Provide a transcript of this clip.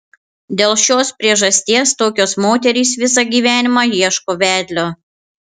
dėl šios priežasties tokios moterys visą gyvenimą ieško vedlio